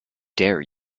dare